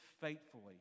faithfully